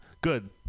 Good